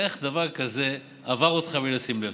איך דבר כזה עבר אותך בלי לשים לב?